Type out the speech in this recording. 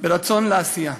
ברצון לעשייה.